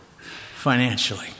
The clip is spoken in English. financially